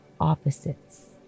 opposites